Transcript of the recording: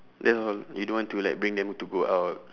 that's all you don't want to like bring them to go out